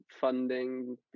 funding